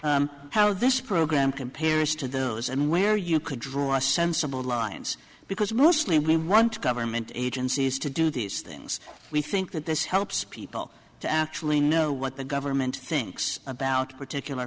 whatever how this program compares to those and where you could draw a sensible alliance because mostly we want government agencies to do these things we think that this helps people to actually know what the government thinks about particular